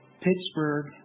Pittsburgh